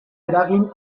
eragin